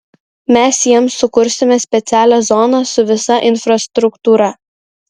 mes jiems sukursime specialią zoną su visa infrastruktūra